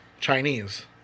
Chinese